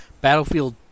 Battlefield